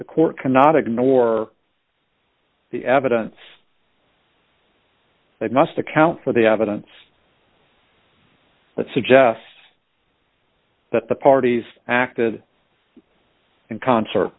the court cannot ignore the evidence that must account for the evidence that suggests that the parties acted in concert